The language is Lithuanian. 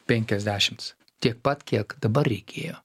penkiasdešimts tiek pat kiek dabar reikėjo